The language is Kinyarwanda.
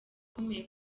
ukomeye